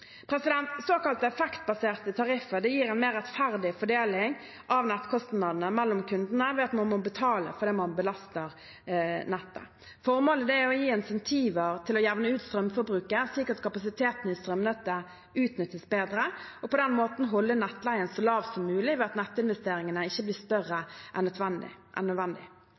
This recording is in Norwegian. Såkalte effektbaserte tariffer gir en mer rettferdig fordeling av nettkostnadene mellom kundene ved at man må betale for det man belaster nettet. Formålet er å gi insentiver til å jevne ut strømforbruket slik at kapasiteten i strømnettet utnyttes bedre, og på den måten holde nettleien så lav som mulig ved at nettinvesteringene ikke blir større enn nødvendig.